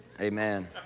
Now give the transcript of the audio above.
Amen